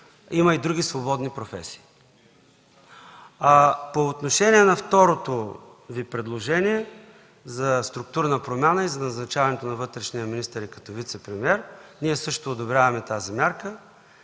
има и други свободни професии. По отношение на второто Ви предложение за структурна промяна и за назначаването на вътрешния министър и като вицепремиер, ние също одобряваме тази мярка.